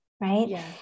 right